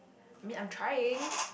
mean I'm trying